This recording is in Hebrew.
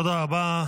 תודה רבה.